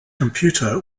computer